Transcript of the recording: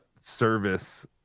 service